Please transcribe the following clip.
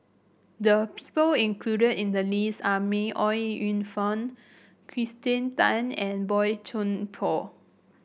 the people included in the list are May Ooi Yu Fen Kirsten Tan and Boey Chuan Poh